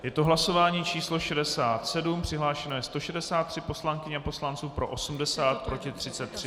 Je to hlasování číslo 67, přihlášeno je 163 poslankyň a poslanců, pro 80, proti 33.